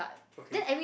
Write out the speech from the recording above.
okay